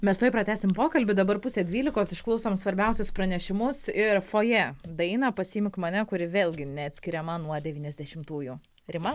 mes tuoj pratęsim pokalbį dabar pusė dvylikos išklausom svarbiausius pranešimus ir fojė dainą pasiimk mane kuri vėlgi neatskiriama nuo devyniasdešimtųjų rima